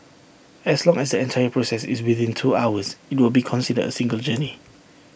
as long as the entire process is within two hours IT will be considered A single journey